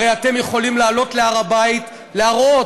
הרי אתם יכולים לעלות להר הבית, להראות,